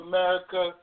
America